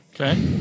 Okay